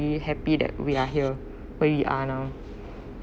happy that we are here where we are now